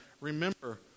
Remember